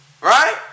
Right